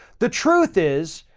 the truth is,